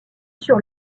sur